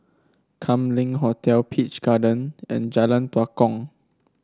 Kam Leng Hotel Peach Garden and Jalan Tua Kong